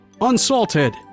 unsalted